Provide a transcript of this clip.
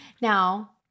Now